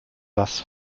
bass